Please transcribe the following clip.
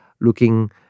looking